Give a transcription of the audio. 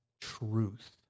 truth